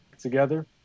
together